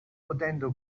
potendo